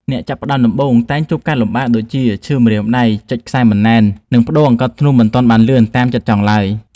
អ្នកចាប់ផ្តើមដំបូងតែងជួបការលំបាកដូចជាឈឺម្រាមដៃ ចុចខ្សែមិនណែន និង ប្តូរអង្កត់ធ្នូមិនទាន់បានលឿនតាមចិត្តចង់ឡើយ។